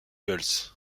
bulls